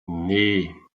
nee